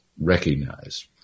recognize